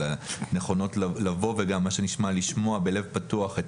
על הנכונות לבוא ולשמוע בלב פתוח את